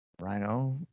Rhino